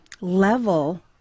level